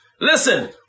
Listen